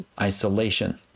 isolation